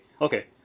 okay